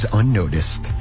unnoticed